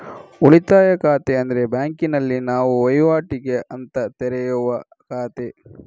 ಉಳಿತಾಯ ಖಾತೆ ಅಂದ್ರೆ ಬ್ಯಾಂಕಿನಲ್ಲಿ ನಾವು ವೈವಾಟಿಗೆ ಅಂತ ತೆರೆಯುವ ಖಾತೆ